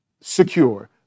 secure